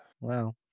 Wow